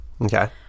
Okay